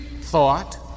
thought